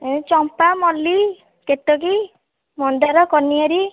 ଏଇ ଚମ୍ପା ମଲ୍ଲୀ କେତକୀ ମନ୍ଦାର କନିଆରୀ